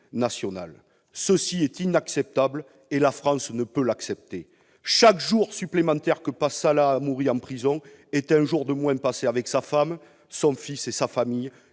national. Cette situation est inacceptable, et la France ne peut l'accepter. Chaque jour supplémentaire que Salah Hamouri passe en prison est un jour de moins passé avec sa femme, son fils et sa famille,